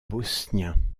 bosnien